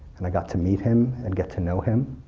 and i got to meet him and get to know him,